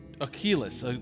achilles